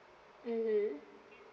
mmhmm